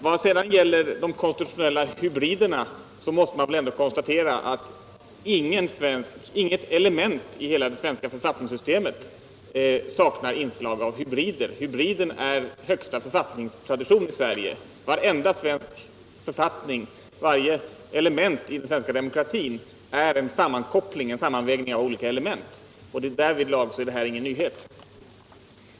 När det gäller de konstitutionella hybriderna måste man väl ändå konstatera att hela det svenska författningssystemet bygger på hybrider. Hybriden är högsta författningstradition i Sverige. Vi har ofta korsat olika konstitutionella principer. Därvidlag är det aktuella förslaget ingen nyhet.